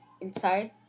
inside